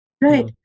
right